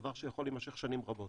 דבר שיכול להימשך שנים רבות.